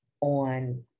on